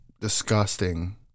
disgusting